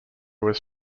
was